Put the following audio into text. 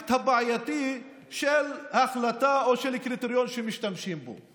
האפקט הבעייתי של ההחלטה או הקריטריון שמשתמשים בו.